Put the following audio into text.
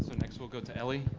next we'll go to ellie.